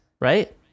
right